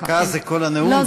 דקה זה כל הנאום.